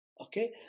okay